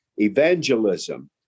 Evangelism